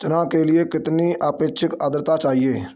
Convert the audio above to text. चना के लिए कितनी आपेक्षिक आद्रता चाहिए?